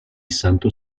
santo